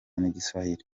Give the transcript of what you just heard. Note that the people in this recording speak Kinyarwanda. n’igiswahili